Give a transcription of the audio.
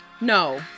No